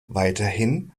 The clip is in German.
weiterhin